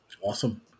Awesome